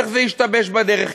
איך זה השתבש בדרך?